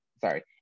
Sorry